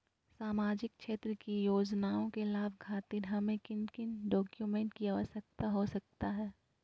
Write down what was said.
सामाजिक क्षेत्र की योजनाओं के लाभ खातिर हमें किन किन डॉक्यूमेंट की आवश्यकता हो सकता है?